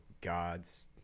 gods